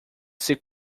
ser